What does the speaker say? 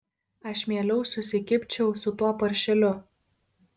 aš mieliau susikibčiau su tuo paršeliu